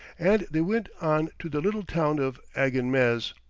and they went on to the little town of aginmez,